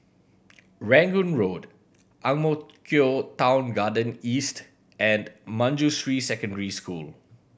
Rangoon Road Ang Mo Kio Town Garden East and Manjusri Secondary School